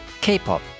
K-pop